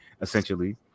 essentially